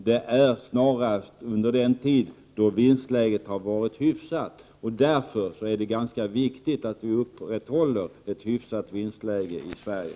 Det är snarast under den tid då vinstläget har varit hyggligt. Därför är det ganska viktigt att vi upprätthåller ett hyggligt vinstläge i Sverige.